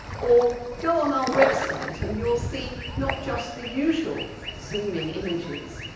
or go on our website and you'll see not just the usual zooming images,